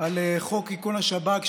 על חוק איכון השב"כ.